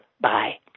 Bye